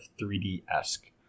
3D-esque